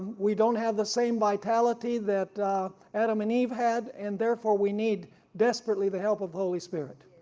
we don't have the same vitality that adam and eve had and therefore we need desperately the help of holy spirit.